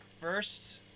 first